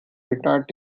retired